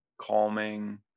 calming